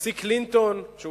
הנשיא קלינטון, שהוא